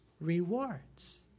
rewards